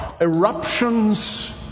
eruptions